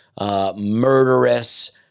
murderous